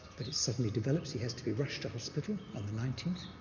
but it suddenly develops. he has to be rushed to hospital. on the nineteenth,